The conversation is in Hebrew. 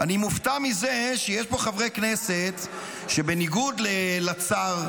אני מופתע מזה שיש פה חברי כנסת שבניגוד לצאר,